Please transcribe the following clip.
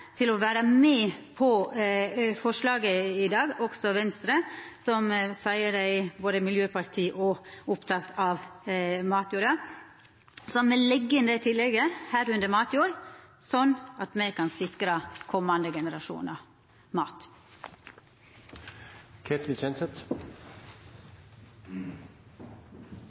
til å vera med på forslaget i dag, også Venstre, som seier dei er både miljøparti og opptekne av matjorda, sånn at me legg inn det tillegget – «medrekna matjordressursane» – sånn at me kan sikra komande generasjonar mat.